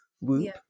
whoop